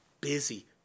busy